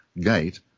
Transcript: gate